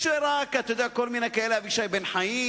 שרק כל מיני כאלה, אבישי בן-חיים,